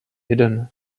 hidden